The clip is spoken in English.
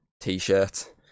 t-shirt